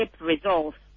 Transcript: results